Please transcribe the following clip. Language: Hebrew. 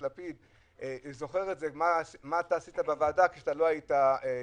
לפיד אני זוכר מה אתה עשית בוועדה כשלא היית יושב-ראש.